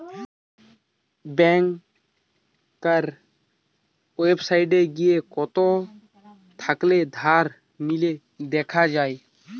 ব্যাংকার ওয়েবসাইটে গিয়ে কত থাকা ধার নিলো দেখা যায়